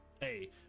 hey